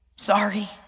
Sorry